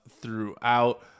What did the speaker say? throughout